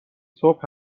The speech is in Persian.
صبح